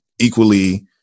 equally